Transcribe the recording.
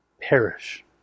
perish